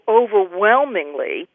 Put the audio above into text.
overwhelmingly